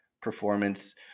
performance